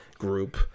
group